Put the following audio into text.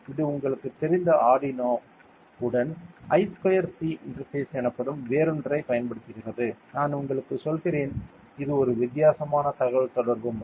இது உங்களுக்குத் தெரிந்த ஆர்டினோ உடன் I ஸ்கொயர் சி இன்டர்ஃபேஸ் எனப்படும் வேறொன்றைப் பயன்படுத்துகிறது நான் உங்களுக்கு சொல்கிறேன் இது ஒரு வித்தியாசமான தகவல்தொடர்பு முறை